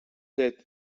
det